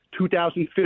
2015